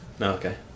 Okay